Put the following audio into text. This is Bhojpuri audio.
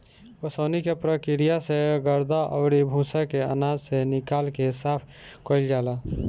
ओसवनी के प्रक्रिया से गर्दा अउरी भूसा के आनाज से निकाल के साफ कईल जाला